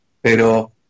pero